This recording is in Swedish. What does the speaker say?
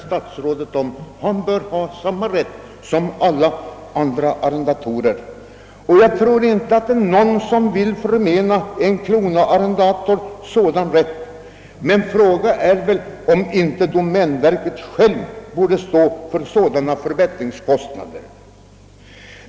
Jag tror inte att det finns någon som vill förmena en kronoarrendator sådan rätt, men frågan är väl om inte domänverket självt borde stå för sådana förbättringskostnader.